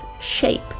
shape